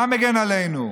מה מגן עלינו?